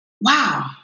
Wow